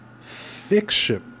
fiction